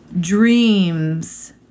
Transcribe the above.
dreams